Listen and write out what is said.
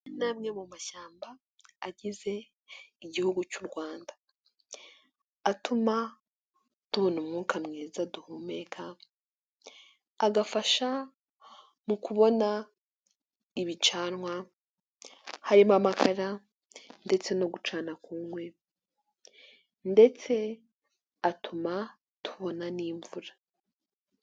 Aya ni amwe mu mashyamba agize igihugu cy'u Rwanda. Atuma tubona umwuka mwiza duhumeka. Agafasha mu kubona ibicanwa harimo: amakara ndetse no gucana gucana ku nkwi ndetse atuma tubona n'imvura.